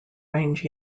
range